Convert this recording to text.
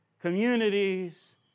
communities